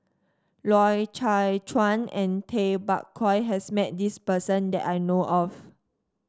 Loy Chye Chuan and Tay Bak Koi has met this person that I know of